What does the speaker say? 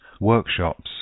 workshops